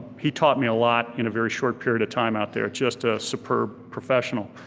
he taught me a lot in a very short period of time out there, just a superb professional.